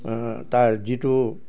তাৰ যিটো